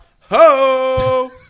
Ho